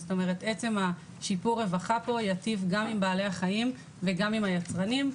כלומר עצם שיפור הרווחה פה ייטיב גם עם בעלי החיים וגם עם היצרנים.